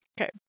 Okay